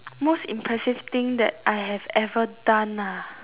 most impressive thing that I have ever done ah